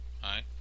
hi